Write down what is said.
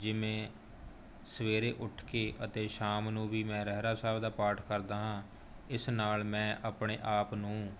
ਜਿਵੇਂ ਸਵੇਰੇ ਉੱਠ ਕੇ ਅਤੇ ਸ਼ਾਮ ਨੂੰ ਵੀ ਮੈਂ ਰਹਿਰਾਸ ਸਾਹਿਬ ਦਾ ਪਾਠ ਕਰਦਾ ਹਾਂ ਇਸ ਨਾਲ ਮੈਂ ਆਪਣੇ ਆਪ ਨੂੰ